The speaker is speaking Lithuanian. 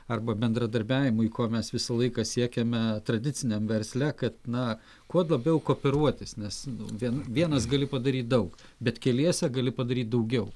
arba bendradarbiavimui ko mes visą laiką siekėme tradiciniam versle na kuo labiau kooperuotis nes vien vienas gali padaryt daug bet keliese gali padaryt daugiau